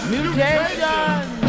Mutations